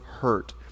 hurt